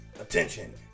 Attention